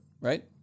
right